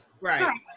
Right